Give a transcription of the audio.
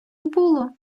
було